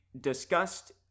discussed